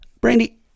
Brandy